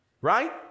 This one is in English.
right